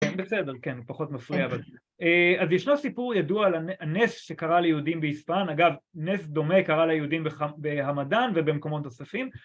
‫בסדר, כן, פחות מפריע, ‫אבל אז ישנו סיפור ידוע על הנס ‫שקרה ליהודים באיספהן. ‫אגב, נס דומה קרה ליהודים ‫בהמדן ובמקומות נוספים,